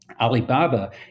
Alibaba